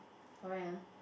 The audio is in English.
correct ah